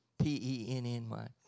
P-E-N-N-Y